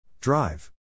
Drive